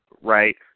right